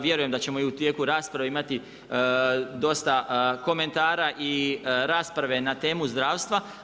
Vjerujem da ćemo i u tijeku rasprave imati dosta komentara i rasprave na temu zdravstva.